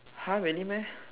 !huh! really meh